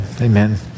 Amen